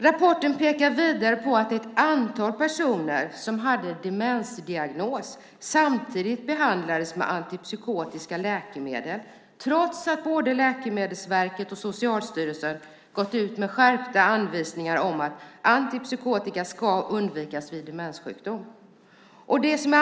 Vidare pekar man i rapporten på att ett antal personer med demensdiagnos samtidigt behandlades med antipsykotiska läkemedel trots att både Läkemedelsverket och Socialstyrelsen gått ut med skärpta anvisningar om att antipsykotika ska undvikas vid demenssjukdom.